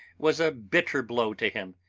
was a bitter blow to him.